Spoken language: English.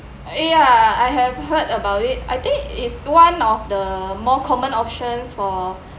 ya I have heard about it I think is one of the more common options for